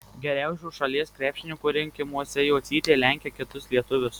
geriausių šalies krepšininkų rinkimuose jocytė lenkia kitus lietuvius